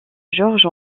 georges